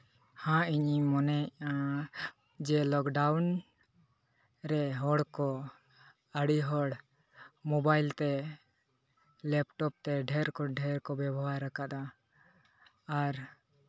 ᱦᱮᱸ ᱤᱧᱤᱧ ᱢᱚᱱᱮᱭᱮᱜᱼᱟ ᱞᱚᱠᱰᱟᱣᱩᱱ ᱨᱮ ᱦᱚᱲ ᱠᱚ ᱟᱹᱰᱤ ᱦᱚᱲ ᱢᱳᱵᱟᱭᱤᱞ ᱛᱮ ᱞᱮᱯᱴᱚᱯ ᱛᱮ ᱰᱷᱮᱹᱨ ᱠᱷᱚᱱ ᱰᱷᱮᱹᱨ ᱠᱚ ᱵᱮᱵᱚᱦᱟᱨ ᱠᱟᱫᱟ ᱟᱨ